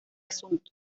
asunto